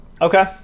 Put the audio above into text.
Okay